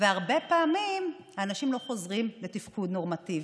והרבה פעמים האנשים לא חוזרים לתפקוד נורמטיבי.